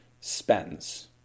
spends